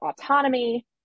autonomy